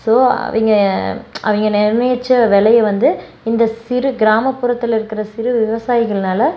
so அவங்க அவங்க நிர்ணயித்த விலைய வந்து இந்த சிறு கிராமப்புறத்தில் இருக்கிற சிறு விவசாயிகள்னால்